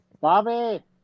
Bobby